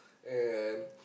and